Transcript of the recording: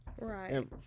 Right